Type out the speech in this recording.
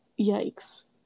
Yikes